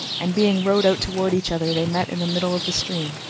and, being rowed out toward each other, they met in the middle of the stream.